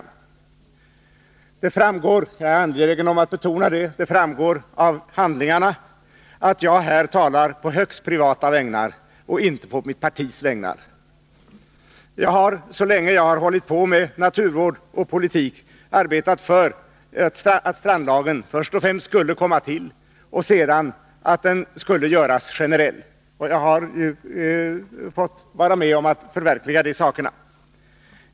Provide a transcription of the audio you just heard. Av handlingarna framgår — jag är angelägen att betona det — att jag här talar på högst privata och inte på mitt partis vägnar. Jag har så länge jag har 151 hållit på med naturvård och politik arbetat för först och främst att strandlagen skulle komma till stånd och sedan att den skulle göras generell. Jag har fått vara med om att förverkliga detta.